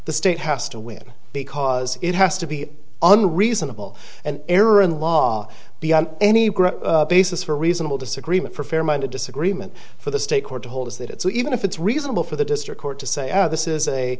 the state has to win because it has to be on reasonable and error in law be on any basis for reasonable disagreement for a fair minded disagreement for the state court to hold is that it so even if it's reasonable for the district court to say oh this is a